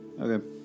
Okay